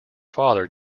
father